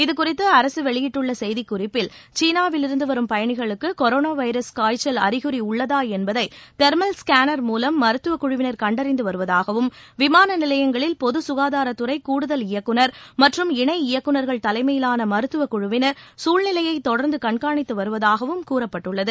இதுகுறித்து அரசு வெளியிட்டுள்ள செய்திக் குறிப்பில் சீனாவிலிருந்து வரும் பயணிகளுக்கு கொரோனா வைரஸ் காய்ச்சல் அறிகுறி உள்ளதா என்பதை தெர்மல் ஸ்கேனர் மூலம் மருத்துவக் குழுவினர் கண்டறிந்து வருவதாகவும் விமான நிலையங்களில் பொதுசுகாதாரத் துறை கூடுதல் இயக்குநர் மற்றும் இணை இயக்குநர்கள் தலைமையிலான மருத்துவக் குழுவினர் குழ்நிலையை தொடர்ந்து கண்காணித்து வருவதாகவும் கூறப்பட்டுள்ளது